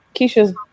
Keisha's